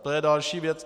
To je další věc.